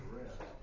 rest